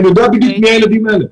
ואני יודע בדיוק מי הילדים האלה.